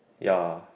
ya